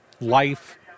life